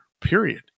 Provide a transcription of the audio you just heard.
period